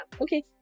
okay